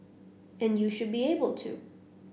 and you should be able to